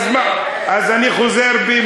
אז אני חוזר בי,